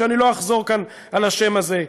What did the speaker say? ואני לא אחזור כאן על השם הזה,